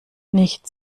nicht